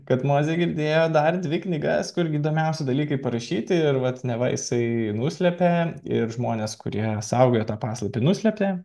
kad mozė girdėjo dar dvi knygas kur įdomiausi dalykai parašyti ir vat neva jisai nuslėpė ir žmonės kurie saugojo tą paslaptį nuslėpė